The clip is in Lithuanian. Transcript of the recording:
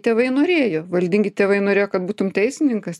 tėvai norėjo valdingi tėvai norėjo kad būtum teisininkas